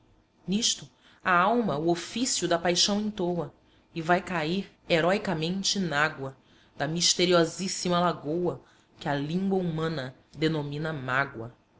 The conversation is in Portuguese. nisto a alma o ofício da paixão entoa e vai cair heroicamente na água da misteriosíssima lagoa que a língua humana denomina mágoa